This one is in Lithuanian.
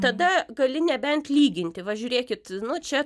tada gali nebent lyginti va žiūrėkit nu čia